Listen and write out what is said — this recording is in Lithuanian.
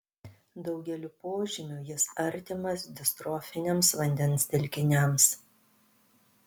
daugeliu požymių jis artimas distrofiniams vandens telkiniams